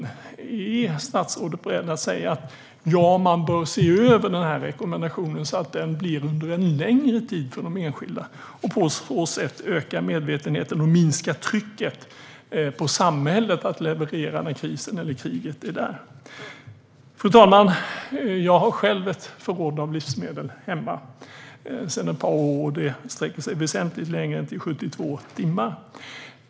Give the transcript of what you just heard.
Jag undrar om statsrådet är beredd att säga: Ja, man bör se över den rekommendationen, så att det blir en längre tid för de enskilda. På så sätt ökar man medvetenheten och minskar trycket på samhället att leverera när krisen eller kriget är där. Fru talman! Sedan ett par år har jag själv ett förråd av livsmedel hemma. Det räcker väsentligt längre än 72 timmar.